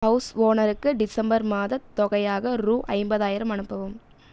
house ஓனருக்கு December மாதத் தொகையாக ரூ ஐம்பதாயிரம் அனுப்பவும்